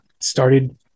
started